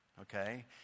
okay